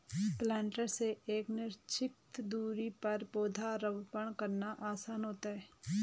planter से एक निश्चित दुरी पर पौधरोपण करना आसान होता है